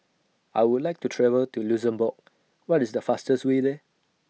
I Would like to travel to Luxembourg What IS The fastest Way There